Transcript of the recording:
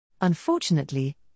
Unfortunately